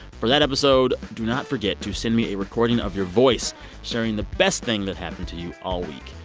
for that episode, do not forget to send me a recording of your voice sharing the best thing that happened to you all week.